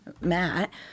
Matt